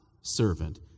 servant